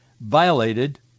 violated